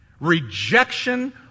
rejection